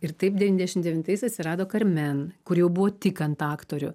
ir taip devyniasdešim devintais atsirado karmen kuri jau buvo tik ant aktorių